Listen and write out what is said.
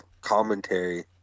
commentary